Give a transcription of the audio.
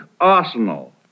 arsenal